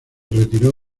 retiró